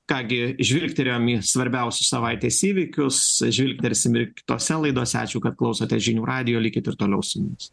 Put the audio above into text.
ką gi žvilgterėjom į svarbiausius savaitės įvykius žvilgtelsim ir kitose laidose ačiū kad klausotės žinių radijo likit ir toliau su mumis